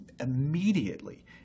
immediately